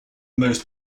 most